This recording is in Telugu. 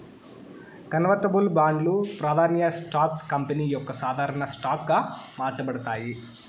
కన్వర్టబుల్ బాండ్లు, ప్రాదాన్య స్టాక్స్ కంపెనీ యొక్క సాధారన స్టాక్ గా మార్చబడతాయి